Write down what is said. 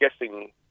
guessing